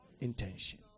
intention